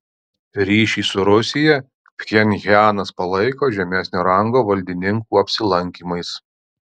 ryšį su rusija pchenjanas palaiko žemesnio rango valdininkų apsilankymais